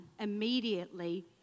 immediately